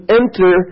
enter